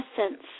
essence